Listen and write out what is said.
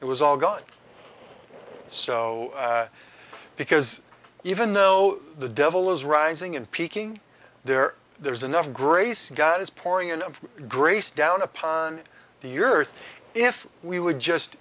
it was all god so because even though the devil is rising and peaking there there is enough grace god is pouring in of grace down upon the earth if we would just